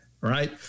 right